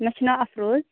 مےٚ چھُ ناو اَفروز